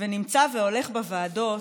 נמצא והולך לוועדות,